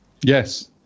Yes